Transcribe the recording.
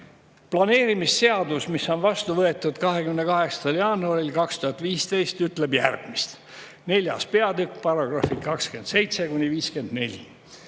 Planeerimisseadus, mis on vastu võetud 28. jaanuaril 2015, ütleb järgmist: 4. peatükk, §-d 27–54.